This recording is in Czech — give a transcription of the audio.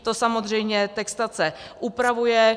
To samozřejmě textace upravuje.